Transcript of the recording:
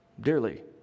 dearly